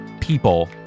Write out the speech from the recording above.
People